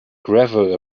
gravel